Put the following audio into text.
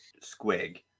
squig